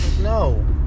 no